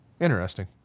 Interesting